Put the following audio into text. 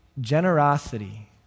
Generosity